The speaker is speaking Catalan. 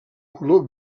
color